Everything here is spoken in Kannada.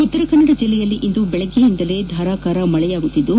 ಉತ್ತರ ಕನ್ನಡ ಜಿಲ್ಲೆಯಲ್ಲಿ ಇಂದು ಬೆಳಗ್ಗೆಯಿಂದ ಧಾರಾಕಾರ ಮಳೆ ಸುರಿಯುತ್ತಿದ್ದು